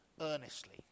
earnestly